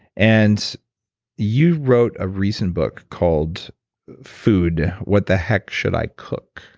and you wrote a recent book called food what the heck should i cook?